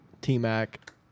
T-Mac